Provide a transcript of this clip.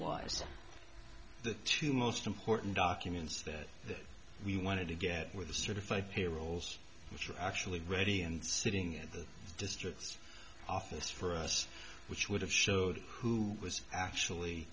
was the two most important documents that we wanted to get with the certified pay rolls which are actually ready and sitting at the district's office for us which would have showed who was actually